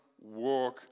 work